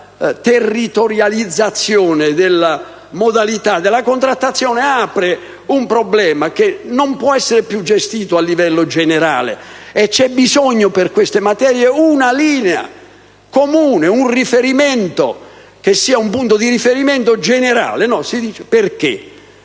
territorializzazione della modalità della contrattazione apre un problema che non può essere più gestito a livello generale. C'è bisogno per queste materie di una linea comune e di un punto di riferimento generale. Il